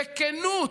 בכנות,